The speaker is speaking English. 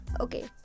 Okay